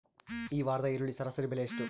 ಈ ವಾರದ ಈರುಳ್ಳಿ ಸರಾಸರಿ ಬೆಲೆ ಎಷ್ಟು?